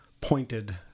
pointed